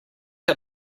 how